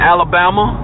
Alabama